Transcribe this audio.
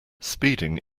speeding